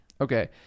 Okay